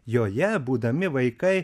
joje būdami vaikai